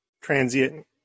transient